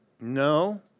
No